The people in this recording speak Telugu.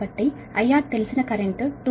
కాబట్టి IR తెలిసిన కరెంట్ 218